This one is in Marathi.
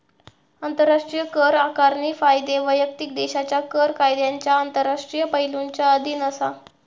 आंतराष्ट्रीय कर आकारणी कायदे वैयक्तिक देशाच्या कर कायद्यांच्या आंतरराष्ट्रीय पैलुंच्या अधीन असा